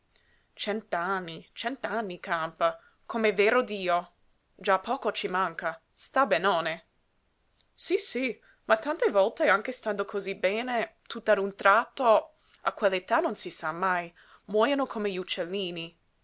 cent anni cent'anni campa com'è vero dio già poco ci manca sta benone sí sí ma tante volte anche stando cosí bene tutt'a un tratto a quell'età non si sa mai muojono come gli uccellini